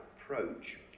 approach